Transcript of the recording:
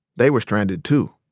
they were stranded too.